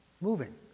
Moving